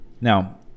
Now